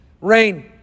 Rain